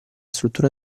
struttura